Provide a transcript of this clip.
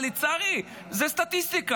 פוטנציאל גבוה, לצערי, זו סטטיסטיקה,